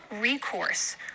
recourse